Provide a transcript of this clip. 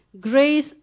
Grace